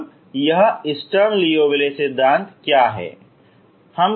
तब यह Sturm Liouville सिद्धान्त क्या है